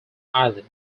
island